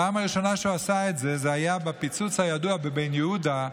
הפעם הראשונה שהוא עשה את זה זה היה בפיצוץ הידוע בבן יהודה,